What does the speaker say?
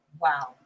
Wow